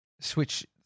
switch